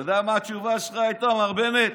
אתה יודע מה התשובה שלך הייתה, מר בנט?